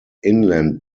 inland